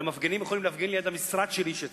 הרי המפגינים יכולים להפגין ליד המשרד של איש הציבור,